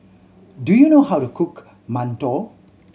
do you know how to cook mantou